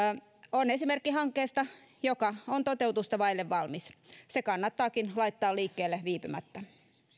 on esimerkki hankkeesta joka on toteutusta vaille valmis se kannattaakin laittaa liikkeelle viipymättä